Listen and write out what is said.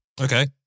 Okay